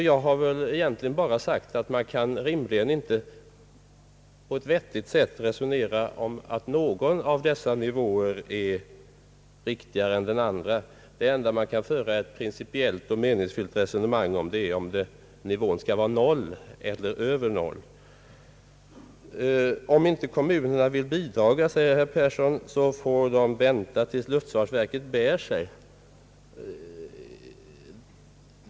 Jag har egentligen bara förklarat att man inte gärna kan på ett vettigt sätt resonera om att någon av dessa nivåer skulle vara riktigare än den andra; det enda man kan föra ett principiellt och meningsfyllt resonemang om är huruvida nivån skall vara noll eller över noll. Om inte kommunerna vill bidraga, säger herr Persson, får de vänta tills luftfartsverket bär sig.